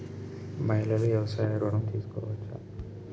మహిళలు వ్యవసాయ ఋణం తీసుకోవచ్చా?